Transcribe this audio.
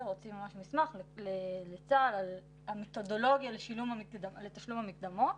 הוציא ממש מסמך לצה"ל על המתודולוגיה לתשלום המקדמות.